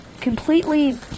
completely